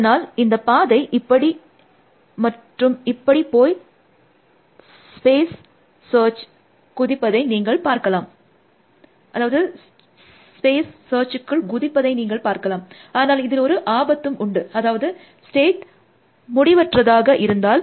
அதனால் இந்த பாதை இப்படி இப்படி இப்படி மற்றும் இப்படி போய் சர்ச் ஸ்பேஸிற்குள் குதிப்பதை நீங்கள் பார்க்கலாம் அனால் இதில் ஒரு ஆபத்தும் உண்டு அதாவது ஸ்டேட் முடிவற்றதாக இருந்தால்